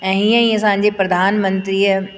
ऐं ईअं ई असांजे प्रधानमंत्रीअ